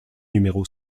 numéro